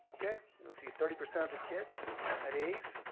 yeah you'll see thirty percent of the kids had a's,